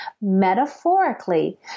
metaphorically